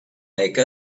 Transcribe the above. make